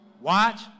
watch